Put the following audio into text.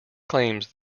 claims